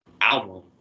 album